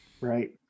Right